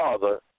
Father